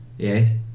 Yes